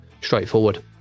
straightforward